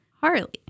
Harley